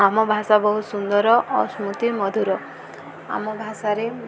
ଆମ ଭାଷା ବହୁତ ସୁନ୍ଦର ଓ ସ୍ମୃତି ମଧୁର ଆମ ଭାଷାରେ